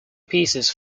pieces